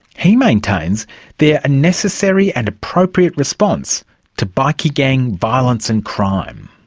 he maintains they're a necessary and appropriate response to bikie gang violence and crime.